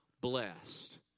blessed